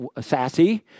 Sassy